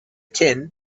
tin